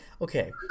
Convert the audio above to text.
okay